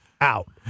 out